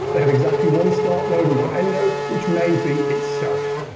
they have exactly one start node and one end node, which may be itself.